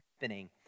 happening